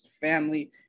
family